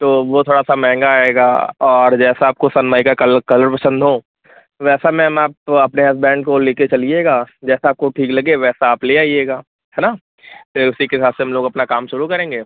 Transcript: तो वो थोड़ा सा महेंगा आएगा और जैसा आपको सनमाइका कलर पसंद हों वैसा मैम आप अपने हसबेन्ड को लेके चलिएगा जैसा आपको ठीक लगे वैसा आप ले आइएगा है न फिर उसी के हिसाब से हम लोग अपना काम शुरू करेंगे